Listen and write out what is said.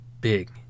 Big